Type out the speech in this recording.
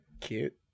Cute